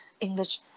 English